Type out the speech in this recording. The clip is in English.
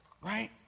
Right